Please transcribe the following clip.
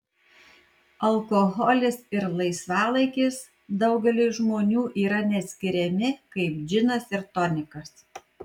alkoholis ir laisvalaikis daugeliui žmonių yra neatskiriami kaip džinas ir tonikas